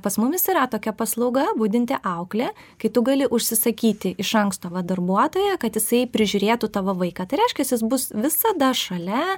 pas mumis yra tokia paslauga budinti auklė kai tu gali užsisakyti iš anksto va darbuotoją kad jisai prižiūrėtų tavo vaiką tai reiškias jis bus visada šalia